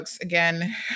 Again